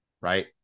right